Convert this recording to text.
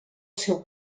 seu